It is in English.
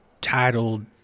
titled